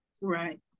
Right